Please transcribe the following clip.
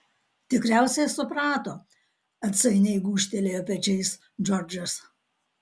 tikriausiai suprato atsainiai gūžtelėjo pečiais džordžas